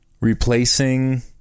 replacing